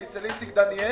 זה אצל איציק דניאל.